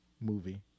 movie